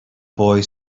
boy